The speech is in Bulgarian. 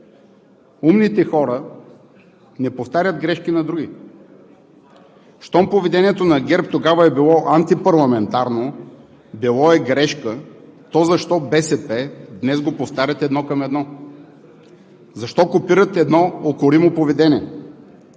умните хора не повтарят грешки на други. Щом поведението на ГЕРБ тогава е било антипарламентарно, било е грешка, то защо БСП днес го повтарят едно към едно? Защо копират едно укоримо поведение?